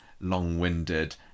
long-winded